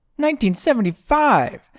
1975